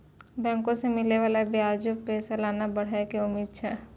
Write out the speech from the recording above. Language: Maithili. बैंको से मिलै बाला ब्याजो पे सलाना बढ़ै के उम्मीद छै